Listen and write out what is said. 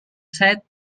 set